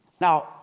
Now